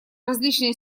различные